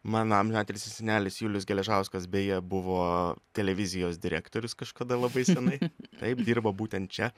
mano amžinatilsį senelis julius geležauskas beje buvo televizijos direktorius kažkada labai senai taip dirbo būtent čia